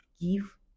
give